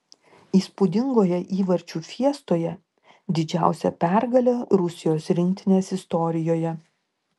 įspūdingoje įvarčių fiestoje didžiausia pergalė rusijos rinktinės istorijoje